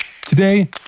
Today